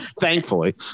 Thankfully